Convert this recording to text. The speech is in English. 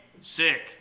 sick